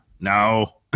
no